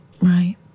Right